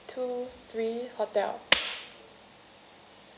ya one two three hotel